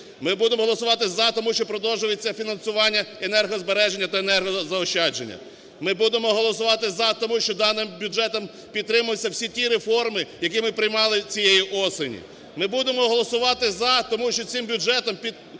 Ми будемо голосувати "за", тому що продовжується фінансування енергозбереження та енергозаощадження. Ми будемо голосувати "за", тому що даним бюджетом підтримуються всі ті реформи, які ми приймали цієї осені. Ми будемо голосувати "за", тому що цим бюджетом підтримується